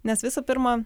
nes visų pirma